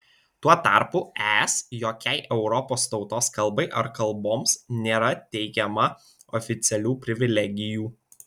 tuo tarpu es jokiai europos tautos kalbai ar kalboms nėra teikiama oficialių privilegijų